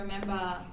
remember